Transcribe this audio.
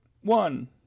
one